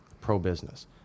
pro-business